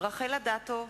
רחל אדטו,